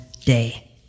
day